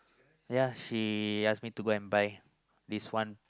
ya she ask me to go and buy this one